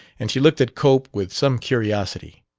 and she looked at cope with some curiosity